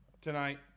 tonight